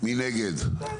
4 נגד,